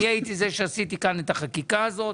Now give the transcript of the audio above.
אני הייתי זה שעשיתי כאן את החקיקה הזאת,